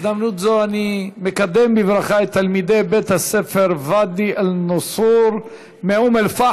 בהזדמנות זו אני מקדם בברכה את תלמידי בית-הספר ואדי אלנסור מאום-אלפחם.